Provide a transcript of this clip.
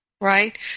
right